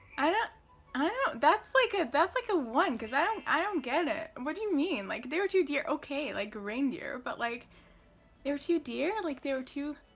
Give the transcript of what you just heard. i yeah i don't, that's like ah that's like a one, because i don't i don't get it. what do you mean? like they were two deer, ok, like reindeer, but like they were too deer like they were too